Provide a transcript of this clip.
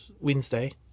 Wednesday